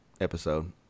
episode